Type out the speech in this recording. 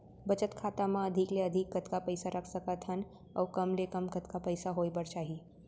बचत खाता मा अधिक ले अधिक कतका पइसा रख सकथन अऊ कम ले कम कतका पइसा होय बर चाही?